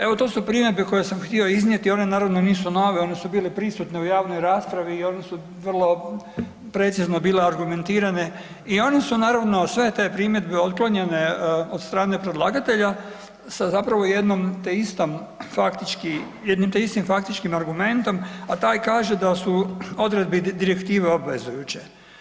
Evo, to su primjedbe koje sam htio iznijeti, one naravno nisu nove, one su bile prisutne u javnoj raspravi i one su vrlo precizno bile argumentirane i one su naravno, sve te primjedbe otklonjene od strane predlagatelja sa zapravo jednom te istom faktički, jednim te istim faktičkim argumentom, a taj kaže da su odredbe i direktive obvezujuće.